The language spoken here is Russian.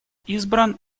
избран